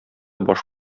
баш